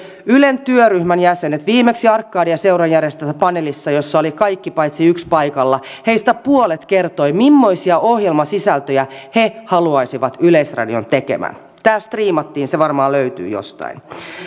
ylen työryhmän jäsenet viimeksi arkadia seuran järjestämässä paneelissa jossa olivat kaikki paitsi yksi paikalla heistä puolet kertoi mimmoisia ohjelmasisältöjä he haluaisivat yleisradion tekevän tämä striimattiin se varmaan löytyy jostain